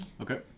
Okay